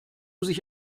sich